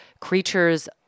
creatures